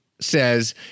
says